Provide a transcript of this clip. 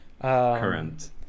current